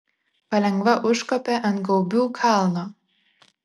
palengva užkopė ant gaubių kalno